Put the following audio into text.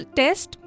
test